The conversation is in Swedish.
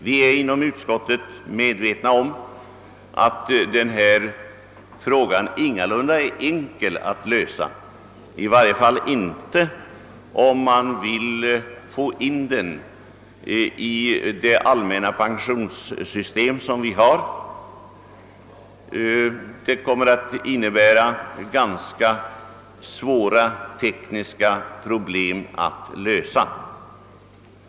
Vi är inom utskottet medvetna om att denna fråga ingalunda är enkel att lösa, i varje fall inte om man vill lösa den inom ramen för det allmänna pensionssystemet. En sådan lösning kommer att innebära svåra tekniska problem.